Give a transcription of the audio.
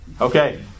Okay